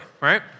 right